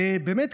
ובאמת,